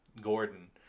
gordon